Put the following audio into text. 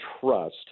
trust